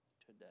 today